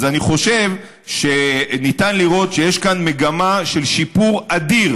אז אני חושב שניתן לראות שיש כאן מגמה של שיפור אדיר